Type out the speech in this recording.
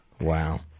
Wow